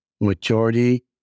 majority